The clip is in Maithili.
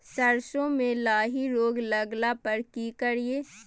सरसो मे लाही रोग लगला पर की करिये?